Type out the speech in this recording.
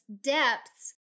depths